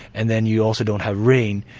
and then you also don't have rain,